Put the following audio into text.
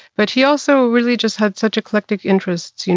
but he also really just had such eclectic interests. you